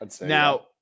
Now